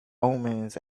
omens